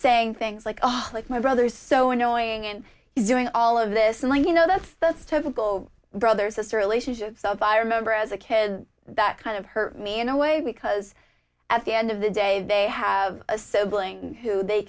saying things like ah like my brother is so annoying and he's doing all of this like you know that's the typical brother sister relationship so if i remember as a kid that kind of hurt me in a way because at the end of the day they have a sibling who they